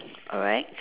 alright